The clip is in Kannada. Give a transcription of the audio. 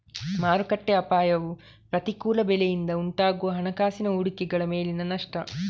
ಮಾರುಕಟ್ಟೆ ಅಪಾಯವು ಪ್ರತಿಕೂಲ ಬೆಲೆಯಿಂದ ಉಂಟಾಗುವ ಹಣಕಾಸಿನ ಹೂಡಿಕೆಗಳ ಮೇಲಿನ ನಷ್ಟ